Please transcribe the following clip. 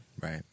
Right